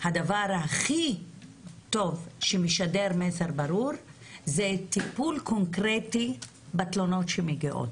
הדבר הכי טוב שמשדר מסר ברור זה טיפול קונקרטי בתלונות שמגיעות.